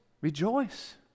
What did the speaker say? Rejoice